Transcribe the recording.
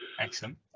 excellent